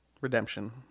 redemption